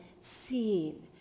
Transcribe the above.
seen